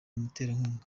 umuterankunga